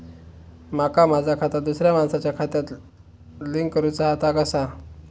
माका माझा खाता दुसऱ्या मानसाच्या खात्याक लिंक करूचा हा ता कसा?